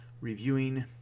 reviewing